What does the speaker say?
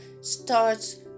starts